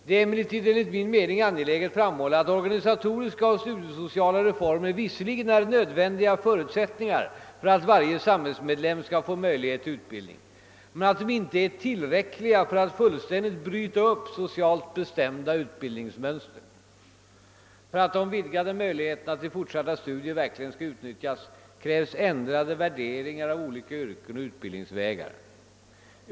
Det är emellertid enligt min mening angeläget framhålla att organisatoriska och studiesociala reformer visserligen är nödvändiga förutsättningar för att varje samhällsmedlem skall få möjlighet till utbildning men att de inte är tillräckliga för att fullständigt bryta upp socialt bestämda utbildningsmönster. För att de vidgade möjligheterna till fortsatta studier verkligen skall utnyttjas krävs ändrade värderingar av olika yrken och utbildningsvägar.